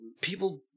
people